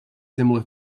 similar